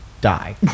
die